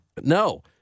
No